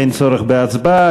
אין צורך בהצבעה.